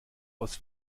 aus